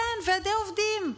כן, ועדי עובדים,